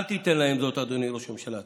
אל תיתן להם זאת, אדוני ראש הממשלה.